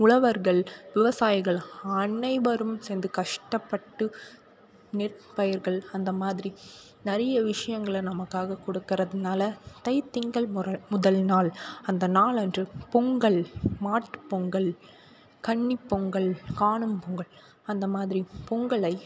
உழவர்கள் விவசாயிகள் அனைவரும் சேர்ந்து கஷ்டப்பட்டு நெற்பயிர்கள் அந்த மாதிரி நிறைய விஷயங்களை நமக்காக கொடுக்கறதுனால தை திங்கள் முற முதல்நாள் அந்த நாள் அன்று பொங்கல் மாட்டுப் பொங்கல் கன்னிப் பொங்கல் காணும் பொங்கல் அந்த மாதிரி பொங்கலை